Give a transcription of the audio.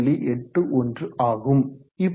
81 ஆகும்